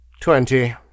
Twenty